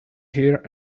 here